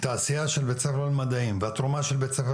את העשייה של בית ספר למדעים והתרומה של בית ספר